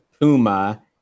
Puma